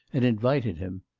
and invited him.